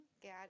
Gad